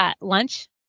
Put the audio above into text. lunch